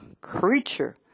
creature